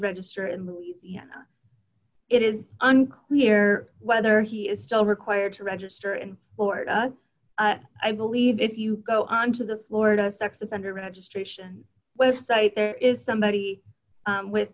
register in louisiana it is unclear whether he is still required to register and florida i believe if you go on to the florida sex offender registration website there is somebody with